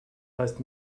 heißt